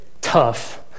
tough